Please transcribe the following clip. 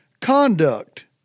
conduct